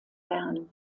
bern